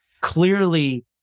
clearly